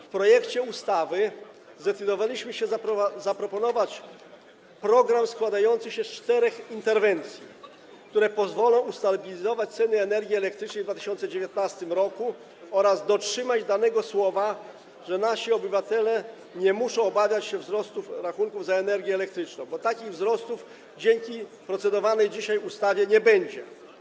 W projekcie ustawy zdecydowaliśmy się zaproponować program składający się z czterech interwencji, które pozwolą ustabilizować ceny energii elektrycznej w 2019 r. oraz dotrzymać danego słowa, że nasi obywatele nie muszą obawiać się wzrostu rachunków za energię elektryczną, bo takiego wzrostu dzięki ustawie, nad którą dzisiaj procedujemy, nie będzie.